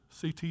CT